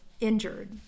injured